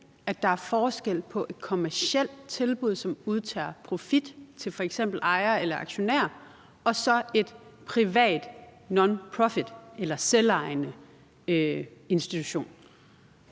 at der er forskel på et kommercielt tilbud, som udtager profit til f.eks. ejere eller aktionærer, og så en privat nonprofitinstitution eller selvejende institution?